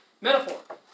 metaphor